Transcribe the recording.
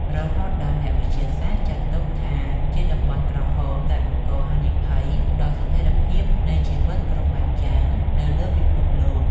រហូតដល់អ្នកវិទ្យាសាស្ត្រចាត់ទុកថាជាតំបន់ក្រហមដែលបង្កហានិភ័យដល់ស្ថិរភាពនៃជីវិតគ្រប់បែបយ៉ាងនៅលើពិភពលោក។